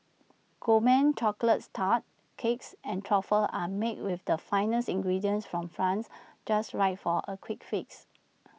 gourmet chocolates tarts cakes and truffles are made with the finest ingredients from France just right for A quick fix